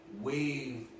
wave